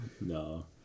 no